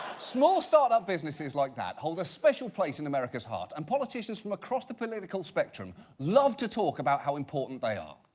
small start-up businesses like that hold a special place in america's heart and politicians from across the political spectrum love to talk about how important they are.